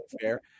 fair